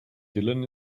dylan